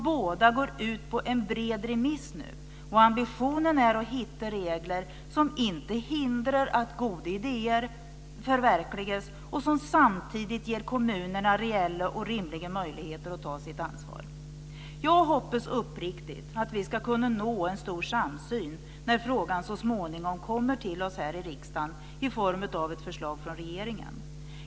Båda går ut på en bred remiss, och ambitionen är att hitta regler som inte hindrar goda idéer att förverkligas och som samtidigt ger kommunerna reella och rimliga möjligheter att ta sitt ansvar. Jag hoppas, uppriktigt, att vi ska kunna nå en stor samsyn när frågan så småningom kommer till oss här i riksdagen i form av förslag från regeringen.